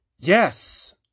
yes